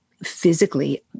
physically